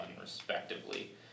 respectively